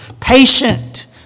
Patient